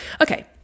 Okay